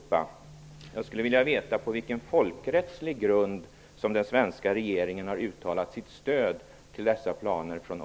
Jag skulle vilja veta på vilken folkrättslig grund som den svenska regeringen har uttalat sitt stöd till dessa planer från